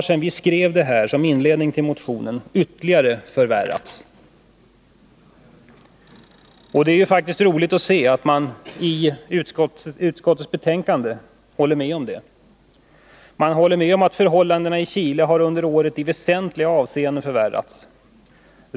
Sedan vi skrev detta som inledning till motionen har situationen ytterligare förvärrats. Det är faktiskt glädjande att se att man i utskottets betänkande håller med om detta. Utskottet håller med om att förhållandena i Chile i väsentliga avseenden har förvärrats under året.